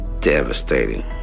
devastating